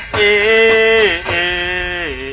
a